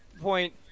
point